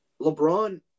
LeBron